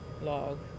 log